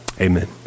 Amen